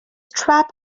trap